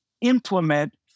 implement